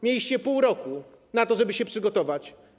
Mieliście pół roku na to, żeby się przygotować.